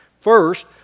First